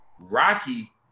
Rocky